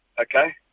Okay